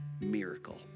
miracle